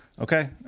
Okay